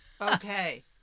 Okay